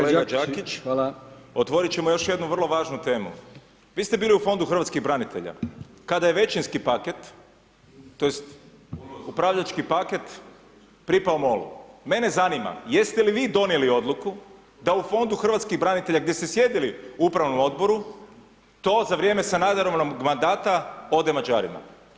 Kolega Đakić, otvorit ćemo još jednu vrlo važnu temu, vi ste bili u Fondu hrvatskih branitelja, kada je većinski paket tj. upravljački paket pripao MOL-u, mene zanima jeste li vi donijeli odluku da u Fondu hrvatskih branitelja gdje ste sjedili u upravnom odboru, to za vrijeme Sanaderovog mandata, ode Mađarima?